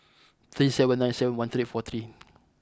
three seven nine seven one three four three